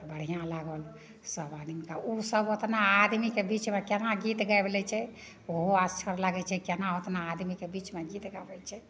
तऽ बढ़िआँ लागल सब आदमी कऽ ओ सब ओतना आदमीके बिचमे केना गीत गाबि लै छै ओहो आश्चर्य लागैत छै केना ओतना आदमीके बिचमे गीत गाबैत छै